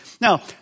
Now